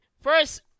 First